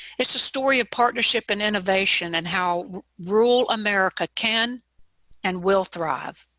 it's a story of partnership and innovation and how rural america can and will thrive.